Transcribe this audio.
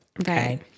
Okay